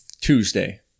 Tuesday